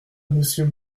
monsieur